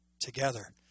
together